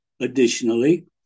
Additionally